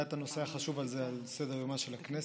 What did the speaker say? את הנושא החשוב הזה על סדר-יומה של הכנסת.